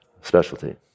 specialty